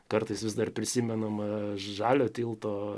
kartais vis dar prisimenama žaliojo tilto